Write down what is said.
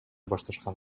башташкан